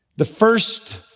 the first